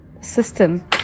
system